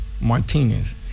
Martinez